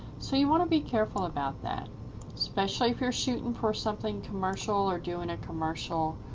so you wanna be careful about that especially if you're shooting for something commercial or doing a commercial,